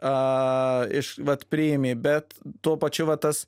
a iš vat priėmė bet tuo pačiu vat tas